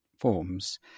forms